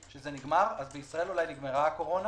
בישראל אולי נגמרה הקורונה